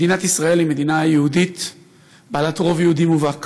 מדינת ישראל היא מדינה יהודית בעלת רוב יהודי מובהק,